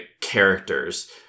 characters